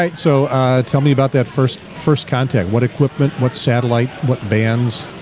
so tell me about that first first contact what equipment what satellite what bands